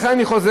לכן אני חוזר,